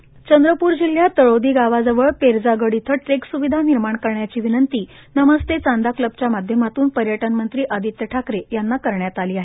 पर्यटन चंद्रपूर जिल्ह्यात तळोधीगावाजवळ पेर्जागड येथे ट्रेक स्विधा निर्माण करण्याची विनंती नमस्ते चांदा क्लबच्या माध्यमातून पर्यटन मंत्री आदित्य ठाकरे यांना करण्यात आली आहे